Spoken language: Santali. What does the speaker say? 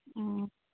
ᱦᱩᱸ